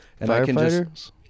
Firefighters